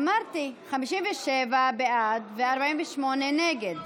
אמרתי: 57 בעד, 48 נגד.